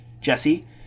jesse